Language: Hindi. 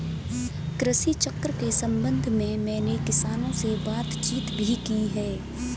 कृषि चक्र के संबंध में मैंने किसानों से बातचीत भी की है